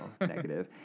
negative